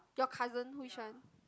your cousin which one